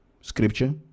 Scripture